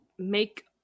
make